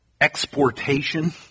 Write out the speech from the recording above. exportation